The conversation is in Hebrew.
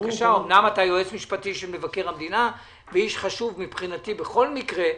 אמנם אתה יועץ משפטי של מבקר המדינה ואיש חשוב בכל מקרה מבחינתי,